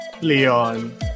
Leon